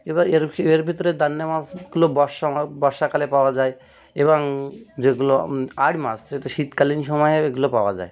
এবার এর ফি এর ভিতরে দাতনে মাছগুলো বর্ষা বর্ষাকালে পাওয়া যায় এবং যেগুলো আড় মাছ সেটা শীতকালীন সময়ে এগুলো পাওয়া যায়